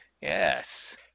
Yes